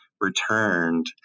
returned